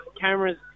cameras